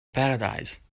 paradise